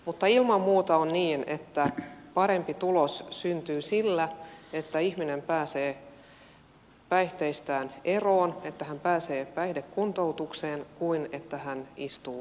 mutta ilman muuta on niin että parempi tulos syntyy sillä että ihminen pääsee päihteistään eroon että hän pääsee päihdekuntoutukseen kuin että hän istuu vankilassa